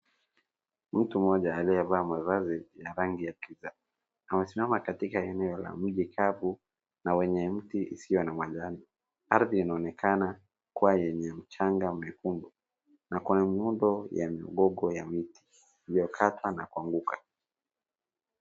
Mtu mmoja aliyevaa mavazi ya rangi ya kijani amesimama katika eneo la mji kavu na wenye mti usio na majani. Ardhi inaonekana kuwa yenye mchanga mwekundu na kuna muundo ya migogo ya miti iliyokatwa na kuanguka.